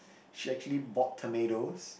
she actually bought tomatoes